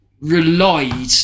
relied